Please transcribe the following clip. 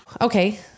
Okay